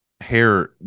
Hair